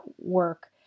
work